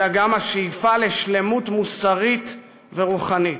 אלא גם השאיפה לשלמות מוסרית ורוחנית".